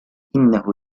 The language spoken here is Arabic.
إنه